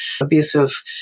abusive